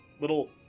little